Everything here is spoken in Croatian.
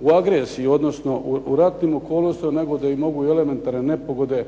u agresiji odnosno u ratnim okolnostima nego da mogu i elementarne nepogode